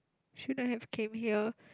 should I have come here